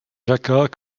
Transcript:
jacquat